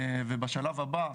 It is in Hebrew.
ובשלב הבא,